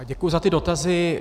Děkuji za ty dotazy.